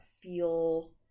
feel